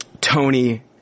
Tony